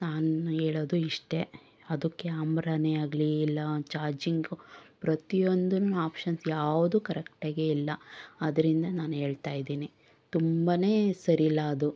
ನಾನೂ ಹೇಳೋದು ಇಷ್ಟೇ ಅದು ಕ್ಯಾಮ್ರನೇ ಆಗಲಿ ಇಲ್ಲ ಚಾರ್ಜಿಂಗು ಪ್ರತಿಯೊಂದೂ ಆಪ್ಷನ್ಸ್ ಯಾವುದೂ ಕರೆಕ್ಟಾಗೇ ಇಲ್ಲ ಆದ್ದರಿಂದ ನಾನು ಹೇಳ್ತಾಯಿದ್ದೀನಿ ತುಂಬನೇ ಸರಿ ಇಲ್ಲ ಅದು